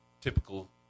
typical